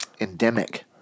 endemic